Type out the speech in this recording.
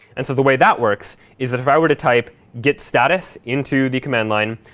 and so the way that works is that if i were to type git status into the command line,